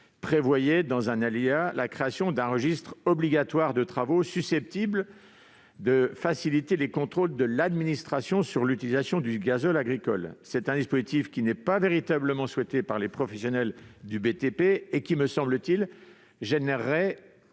prévoyait la création d'un registre obligatoire de travaux, susceptible de faciliter les contrôles de l'administration sur l'utilisation du gazole agricole. Ce dispositif, qui n'est pas véritablement souhaité par les professionnels du BTP, entraînerait